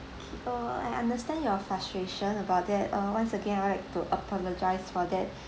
okay err I understand your frustration about that uh once again I'd like to apologise for that